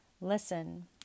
listen